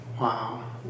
Wow